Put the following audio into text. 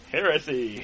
Heresy